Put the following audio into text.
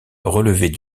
relevait